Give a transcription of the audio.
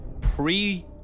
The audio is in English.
Pre